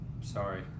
Sorry